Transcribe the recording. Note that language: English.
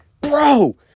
Bro